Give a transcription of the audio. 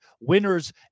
winners